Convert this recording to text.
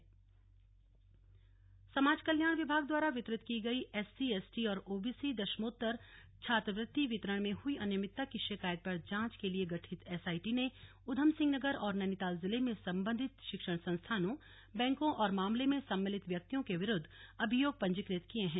दशमोत्तर छात्रवृत्ति समाज कल्याण विभाग द्वारा वितरित की गयी एससी एसटी और ओबीसी दशमोत्तर छात्रवृत्ति वितरण में हुई अनियमितता की शिकायत पर जांच के लिए गठित एसआईटी ने ऊधमसिंह नगर और नैनीताल जिले में सम्बन्धित शिक्षण संस्थानों बैंकों और मामले में सम्मिलित व्यक्तियों के विरुद्व अभियोग पंजीकृत किये हैं